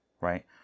right